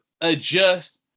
adjust